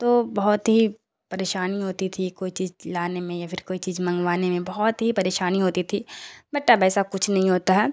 تو بہت ہی پریشانی ہوتی تھی کوئی چیز لانے میں یا پھر کوئی چیز منگوانے میں بہت ہی پریشانی ہوتی تھی بٹ اب ایسا کچھ نہیں ہوتا ہے